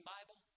Bible